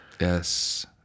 Yes